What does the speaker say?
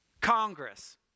Congress